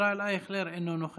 חבר הכנסת ישראל אייכלר, אינו נוכח,